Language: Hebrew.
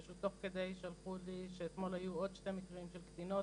פשוט תוך כדי שלחו לי שאתמול היו עוד שני מקרים של קטינות,